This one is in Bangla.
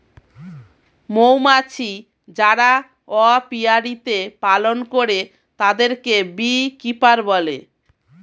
মৌমাছি যারা অপিয়ারীতে পালন করে তাদেরকে বী কিপার বলে